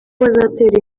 bazatera